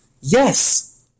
yes